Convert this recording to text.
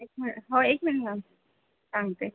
एक मिनि एक मिनिट हो एक मिनिट मॅम सांगते